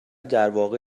درواقع